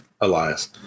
Elias